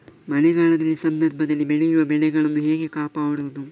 ಮಳೆಗಾಲದ ಸಂದರ್ಭದಲ್ಲಿ ಬೆಳೆಯುವ ಬೆಳೆಗಳನ್ನು ಹೇಗೆ ಕಾಪಾಡೋದು?